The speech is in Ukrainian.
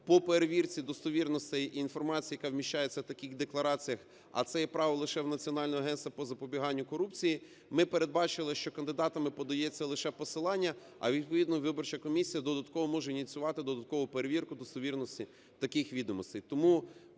по перевірці достовірностей інформації, яка вміщається в таких деклараціях, а це є право лише в Національного агентства по запобіганню корупції, ми передбачили, що кандидатами подається лише посилання, а відповідно виборча комісія додатково може ініціювати додаткову перевірку достовірностей таких відомостей.